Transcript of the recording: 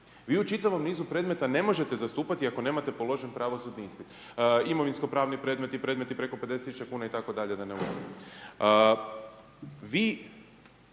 Vi u čitavom nizu predmeta ne možete zastupati ako nemate položen pravosudni ispit, imovinsko pravni predmeti i predmeti preko 50 tisuća kuna itd., da ne ulazim.